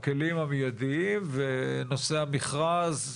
הכלים המיידיים ונושא המכרז,